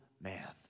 man